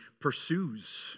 pursues